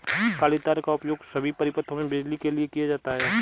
काली तार का उपयोग सभी परिपथों में बिजली के लिए किया जाता है